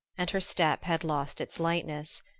and her step had lost its lightness.